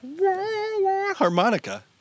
harmonica